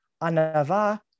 ANAVA